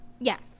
Yes